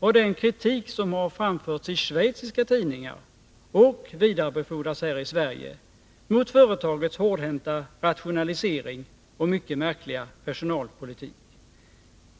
av den kritik som har framförts i schweiziska tidningar och vidarebefordrats här i Sverige mot företagets hårdhänta rationalisering och mycket märkliga personalpolitik?